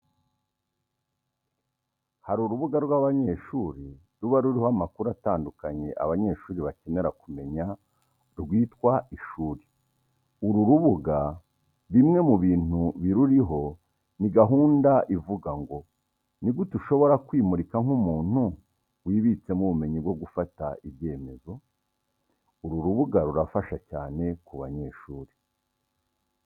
Hari urubuga rw'abanyeshuri ruba ruriho amakuru atandukanye abanyeshuri bakenera kumenya rwitwa Ishuri. Uru rubuga bimwe mu bintu biruriho ni gahunda ivuga ngo " Ni gute ushobora kwimurika nk'umuntu wibitseho ubumenyi bwo gufata ibyemezo?" Uru rubuga rurafasha cyane ku banyeshuri.